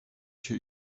się